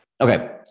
Okay